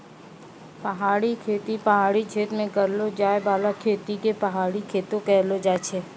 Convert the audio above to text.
पहाड़ी खेती पहाड़ी क्षेत्र मे करलो जाय बाला खेती के पहाड़ी खेती कहलो जाय छै